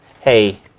hey